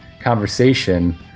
conversation